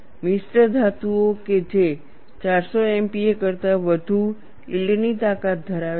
મિશ્રધાતુઓ કે જે 400 MPa કરતા વધુ યીલ્ડની તાકાત ધરાવે છે